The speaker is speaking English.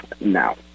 Now